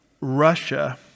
Russia